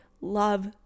love